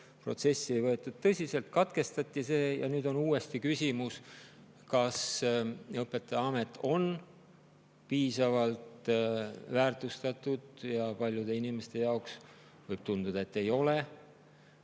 protsessi ei võetud tõsiselt, see katkestati, ja nüüd on uuesti küsimus, kas õpetajaamet on piisavalt väärtustatud. Paljude inimeste jaoks võib tunduda, et ei ole.